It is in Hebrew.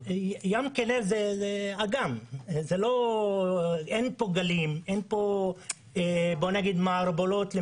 הכינרת זה אגם, אין בו גלים, אין מערבולות.